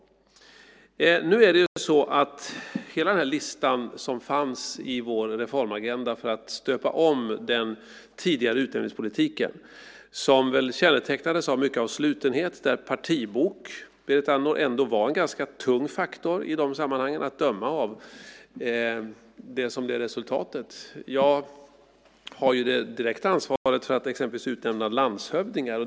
Det fanns en lista på vår reformagenda för att stöpa om den tidigare utnämningspolitiken som kännetecknades mycket av slutenhet, och där partibok, Berit Andnor, var en ganska tung faktor i dessa sammanhang att döma av det som blev resultatet. Jag har det direkta ansvaret för att exempelvis utnämna landshövdingar.